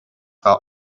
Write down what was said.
are